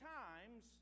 times